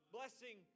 Blessing